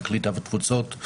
הקליטה והתפוצות.